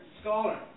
scholar